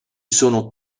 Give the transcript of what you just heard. sono